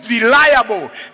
reliable